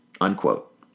Unquote